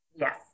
Yes